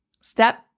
Step